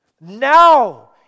Now